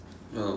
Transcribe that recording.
!wow!